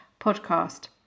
podcast